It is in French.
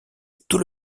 tout